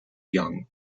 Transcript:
young